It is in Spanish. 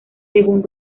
según